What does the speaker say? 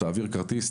תעביר כרטיס,